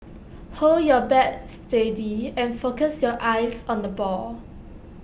hold your bat steady and focus your eyes on the ball